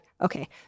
Okay